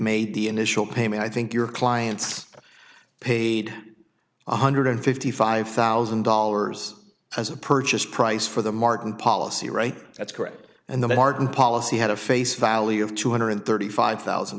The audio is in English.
made the initial payment i think your client's paid one hundred fifty five thousand dollars as a purchase price for the martin policy right that's correct and the bargain policy had a face value of two hundred thirty five thousand